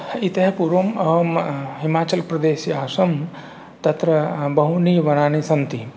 इतः पूर्वम् अहं हिमाचलप्रदेशे आसम् तत्र बहूनि वनानि सन्ति